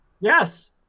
Yes